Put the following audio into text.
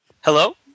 Hello